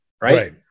Right